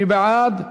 מי בעד?